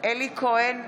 אלי כהן,